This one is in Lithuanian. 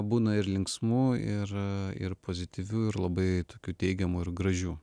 būna ir linksmų ir ir pozityvių ir labai tokių teigiamų ir gražių